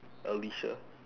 alicia